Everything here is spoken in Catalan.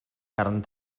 carn